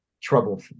trouble